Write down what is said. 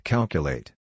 Calculate